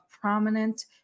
prominent